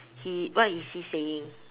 he what is he saying